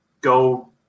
go